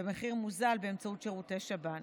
במחיר מוזל באמצעות שירותי שב"ן.